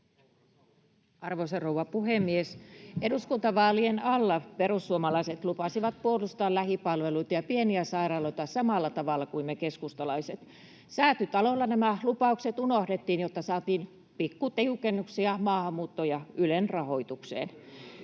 Arvoisa rouva puhemies! Eduskuntavaalien alla perussuomalaiset lupasivat puolustaa lähipalveluita ja pieniä sairaaloita samalla tavalla kuin me keskustalaiset. Säätytalolla nämä lupaukset unohdettiin, jotta saatiin pikkutiukennuksia maahanmuuttoon ja Ylen rahoitukseen.